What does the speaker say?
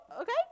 Okay